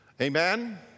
Amen